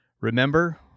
Remember